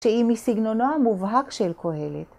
שהיא מסגנונו המובהק של קהלת.